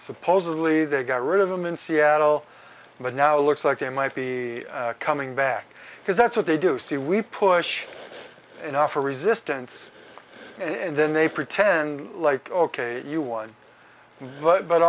supposedly they got rid of them in seattle but now it looks like there might be coming back because that's what they do see we push enough for resistance and then they pretend like ok you won but